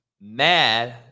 mad